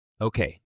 Okay